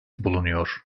bulunuyor